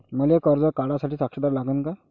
मले कर्ज काढा साठी साक्षीदार लागन का?